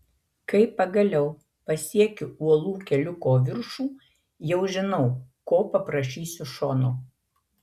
kai pagaliau pasiekiu uolų keliuko viršų jau žinau ko paprašysiu šono